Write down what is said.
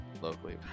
locally